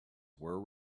were